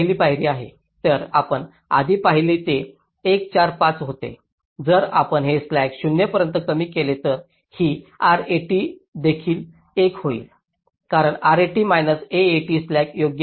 तर आपण आधी पहाल ते 1 4 5 होते जर आपण हे स्लॅक 0 पर्यंत कमी केले तर ही RAT देखील 1 होईल कारण RAT मैनास AAT स्लॅक योग्य आहे